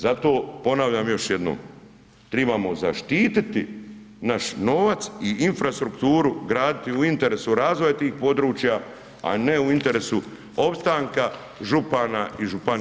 Zato ponavljam još jednom, trebamo zaštititi naš novac i infrastrukturu, graditi u interesu razvoja tih područja, a ne u interesu opstanka župana i županija.